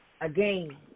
again